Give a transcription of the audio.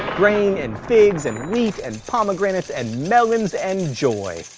grain and figs and wheat and pomegranates and melons and joy.